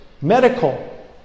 medical